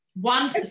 one